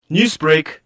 Newsbreak